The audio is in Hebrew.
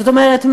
זאת אומרת,